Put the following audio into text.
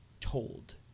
told